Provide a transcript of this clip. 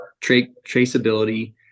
traceability